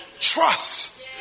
trust